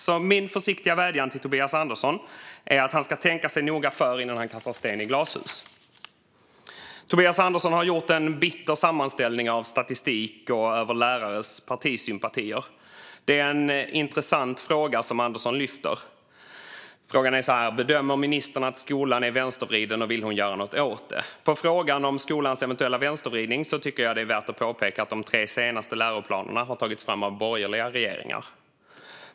Så min försiktiga vädjan till Tobias Andersson är att han ska tänka sig noga för innan han kastar sten i glashus. Tobias Andersson har gjort en bitter sammanställning av statistik över lärares partisympatier. Det är en intressant fråga som Andersson lyfter upp, nämligen om ministern bedömer att skolan är vänstervriden och om hon vill göra något åt det. På frågan om skolans eventuella vänstervridning tycker jag att det är värt att påpeka att de tre senaste läroplanerna har tagits fram av borgerliga regeringar.